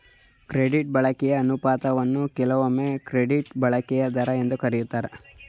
credit ಬಳಕೆಯ ಅನುಪಾತವನ್ನ ಕೆಲವೊಮ್ಮೆ ಕ್ರೆಡಿಟ್ ಬಳಕೆಯ ದರ ಎಂದು ಕರೆಯುತ್ತಾರೆ